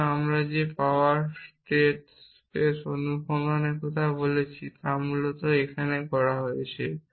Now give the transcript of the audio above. সুতরাং আমরা যে পাওয়ার স্টেট স্পেস অনুসন্ধানের কথা বলেছি তা মূলত এখানে করা হচ্ছে